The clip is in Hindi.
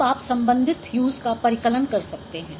अब आप संबंधित ह्यूस का परिकलन कर सकते हैं